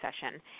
session